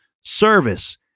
service